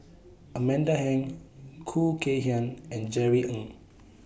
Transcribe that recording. Amanda Heng Khoo Kay Hian and Jerry Ng